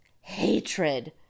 hatred